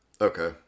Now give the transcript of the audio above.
okay